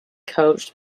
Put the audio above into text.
coached